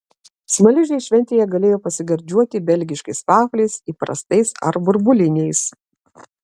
smaližiai šventėje galėjo pasigardžiuoti belgiškais vafliais įprastais ar burbuliniais